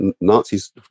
Nazis